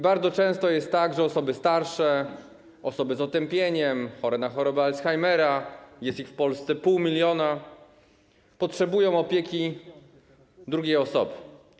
Bardzo często jest tak, że osoby starsze, osoby z otępieniem, chore na chorobę Alzheimera, a jest ich w Polsce pół miliona, potrzebują opieki drugiej osoby.